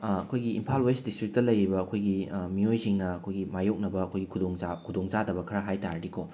ꯑꯩꯈꯣꯏꯒꯤ Imphal west district ꯂꯩꯔꯤꯕ ꯑꯩꯈꯣꯏꯒꯤ ꯃꯤꯑꯣꯏꯁꯤꯡꯅ ꯑꯩꯈꯣꯏꯒꯤ ꯃꯥꯌꯣꯛꯅꯕ ꯑꯩꯈꯣꯏ ꯈꯨꯗꯣꯡꯆꯥ ꯈꯨꯗꯣꯡꯆꯥꯗꯕ ꯈꯔ ꯍꯥꯏ ꯇꯥꯔꯗꯤ ꯀꯣ